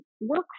work